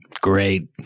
Great